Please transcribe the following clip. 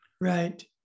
Right